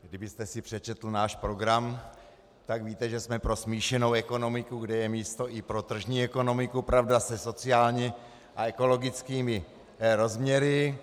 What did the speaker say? Kdybyste si přečetl náš program, tak víte, že jsme pro smíšenou ekonomiku, kde je místo i pro tržní ekonomiku, pravda se sociálními a ekologickými rozměry.